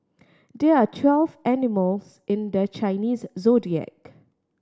there are twelve animals in the Chinese Zodiac